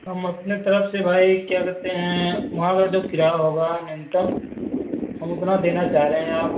हम अपनी तरफ से भाई कह सकते हैं वहाँ का जो किराया होगा न्यूनतम हम उतना देना चाह रहे हैं आप